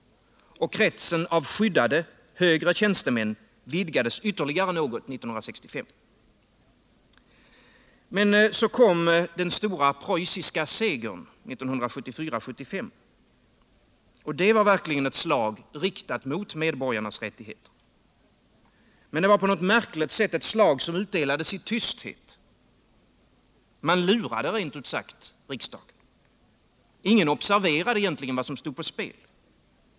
Och kretsen av skyddade, högre tjänstemän vidgades ytterligare något 1965. Men så kom den stora preussiska segern 1974 och 1975. Och det var verkligen ett slag riktat mot medborgarnas rättigheter. Men det var på ett något märkligt sätt ett slag som utdelades i tysthet. Man lurade rent ut sagt riksdagen. Ingen observerade vad som egentligen stod på spel.